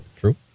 True